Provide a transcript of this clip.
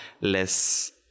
less